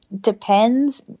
depends